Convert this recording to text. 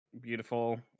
beautiful